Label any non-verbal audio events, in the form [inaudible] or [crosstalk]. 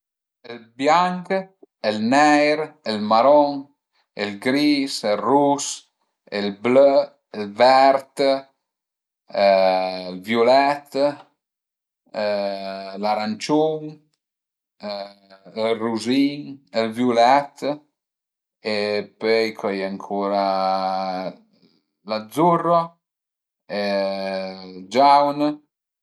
Ël bianch, ël neir, ël maron, ël gris, ël rus, ël blö, ël vert, ël viulèt, l'aranciun, ël ruzin, ël viulèt e pöi co a ie ancura, l'azzurro [hesitation] ël giaun